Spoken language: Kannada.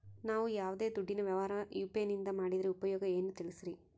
ನಾವು ಯಾವ್ದೇ ದುಡ್ಡಿನ ವ್ಯವಹಾರ ಯು.ಪಿ.ಐ ನಿಂದ ಮಾಡಿದ್ರೆ ಉಪಯೋಗ ಏನು ತಿಳಿಸ್ರಿ?